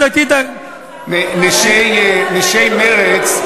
שרוצות להיבחר, נשי מרצ,